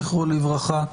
זכרו לברכה.